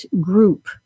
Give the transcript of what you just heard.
group